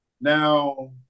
Now